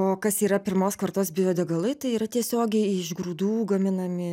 o kas yra pirmos kartos biodegalai tai yra tiesiogiai iš grūdų gaminami